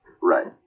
Right